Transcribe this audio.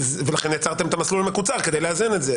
ולכן יצרתם את המסלול המקוצר, כדי לאזן את זה.